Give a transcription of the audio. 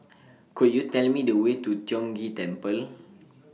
Could YOU Tell Me The Way to Tiong Ghee Temple